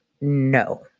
no